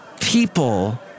people